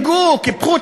עם מוגבלויות